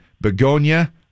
begonia